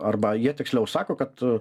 arba jie tiksliau sako kad